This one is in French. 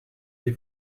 les